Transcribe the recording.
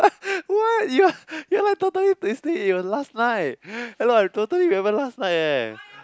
what you are you are like totally sleep in your last night hello I totally remember last night eh